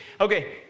Okay